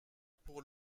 pour